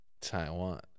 Taiwan